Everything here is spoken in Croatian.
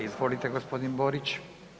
Izvolite gospodin Borić.